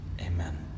Amen